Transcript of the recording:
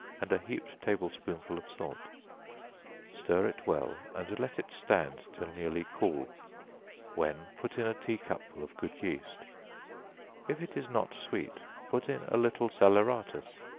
and a heaped table-spoonful of salt stir it well, and let it stand till nearly cool when put in a tea-cupful of good yeast if it is not sweet, put in a little salaeratus,